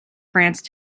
france